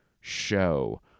show